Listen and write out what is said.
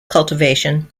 cultivation